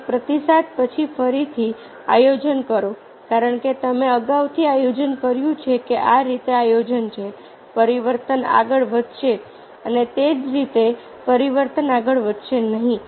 તેથી પ્રતિસાદ પછી ફરીથી આયોજન કરો કારણ કે તમે અગાઉથી આયોજન કર્યું છે કે આ રીતે આયોજન છે પરિવર્તન આગળ વધશે અને તે જ રીતે પરિવર્તન આગળ વધશે નહીં